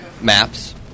maps